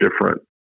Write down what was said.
different